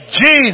Jesus